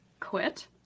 quit